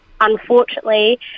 unfortunately